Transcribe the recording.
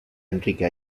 enrique